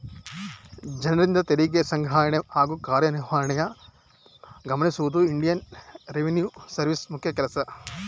ಜನರಿಂದ ತೆರಿಗೆ ಸಂಗ್ರಹಣೆ ಹಾಗೂ ಕಾರ್ಯನಿರ್ವಹಣೆಯನ್ನು ಗಮನಿಸುವುದು ಇಂಡಿಯನ್ ರೆವಿನ್ಯೂ ಸರ್ವಿಸ್ ಮುಖ್ಯ ಕೆಲಸ